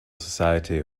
society